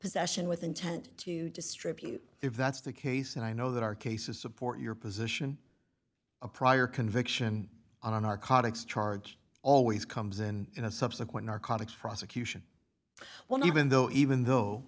possession with intent to distribute if that's the case and i know that our cases support your position a prior conviction on our katic starch always comes in in a subsequent narcotics prosecution one even though even though